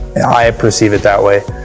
i perceive it that way.